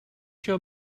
show